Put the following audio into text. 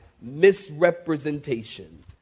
misrepresentation